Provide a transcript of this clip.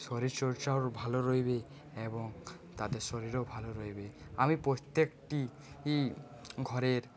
শরীরচর্চা ওর ভালো রইবে এবং তাদের শরীরও ভালো রইবে আমি প্রত্যেকটিই ঘরের